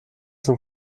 zum